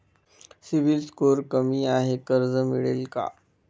CIBIL score कमी आहे कर्ज मिळेल का?